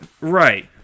Right